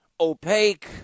opaque